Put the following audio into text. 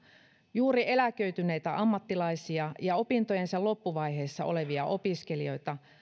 juuri eläköityneitä ammattilaisia ja opintojensa loppuvaiheessa olevia opiskelijoita